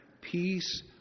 peace